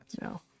No